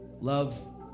Love